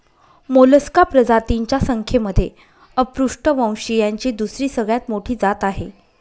Mollusca प्रजातींच्या संख्येमध्ये अपृष्ठवंशीयांची दुसरी सगळ्यात मोठी जात आहे